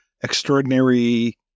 extraordinary